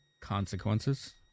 Consequences